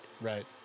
Right